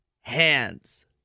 Hands